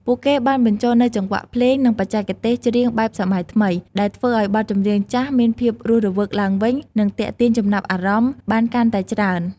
ពួកគេបានបញ្ចូលនូវចង្វាក់ភ្លេង និងបច្ចេកទេសច្រៀងបែបសម័យថ្មី ដែលធ្វើឱ្យបទចម្រៀងចាស់មានភាពរស់រវើកឡើងវិញ និងទាក់ទាញចំណាប់អារម្មណ៍បានកាន់តែច្រើន ។